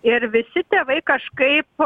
ir visi tėvai kažkaip